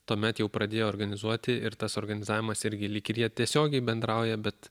tuomet jau pradėjo organizuoti ir tas organizavimas irgi lyg ir jie tiesiogiai bendrauja bet